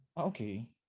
okay